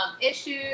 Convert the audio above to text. issues